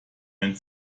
ein